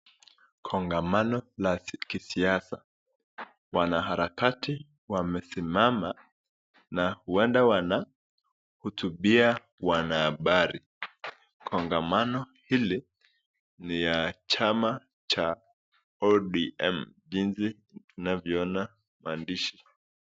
Kongamano la kisiasa wanaharakati wamesimama na huenda wanahutubia wanahabari. Kongamano hili ni la chama cha ODM jinsi tunavyoona maandishi.